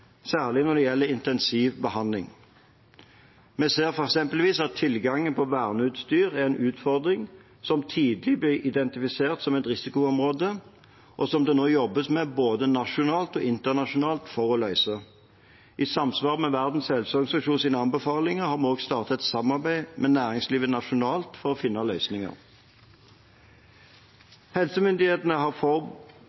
særlig når det gjelder intensivbehandling. Vi ser eksempelvis at tilgangen på verneutstyr er en utfordring som tidlig ble identifisert som et risikoområde, og som det nå jobbes med både nasjonalt og internasjonalt for å løse. I samsvar med anbefalingene fra Verdens helseorganisasjon har vi også startet et samarbeid med næringslivet nasjonalt for å finne løsninger.